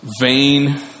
vain